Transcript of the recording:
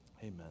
Amen